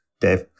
Dave